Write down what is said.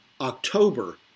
October